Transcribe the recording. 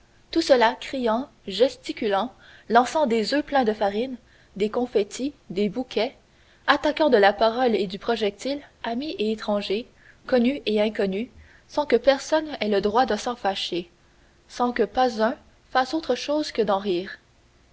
tout cela criant gesticulant lançant des oeufs pleins de farine des confetti des bouquets attaquant de la parole et du projectile amis et étrangers connus et inconnus sans que personne ait le droit de s'en fâcher sans que pas un fasse autre chose que d'en rire